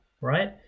right